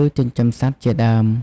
ឬ ចិញ្ចឹមសត្វជាដើម។។